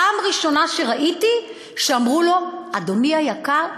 פעם ראשונה שראיתי שאמרו לו: אדוני היקר,